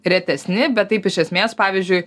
retesni bet taip iš esmės pavyzdžiui